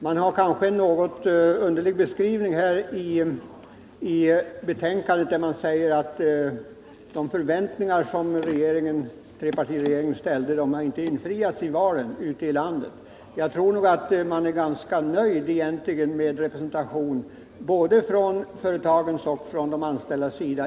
Det är en något underlig skrivning i betänkandet, där det sägs att de förväntningar som trepartiregeringen ställde inte har infriats i valen ute i landet. Jag tror nog att man egentligen är ganska nöjd med representationen i de nya fondstyrelserna både från företagens och från de anställdas sida.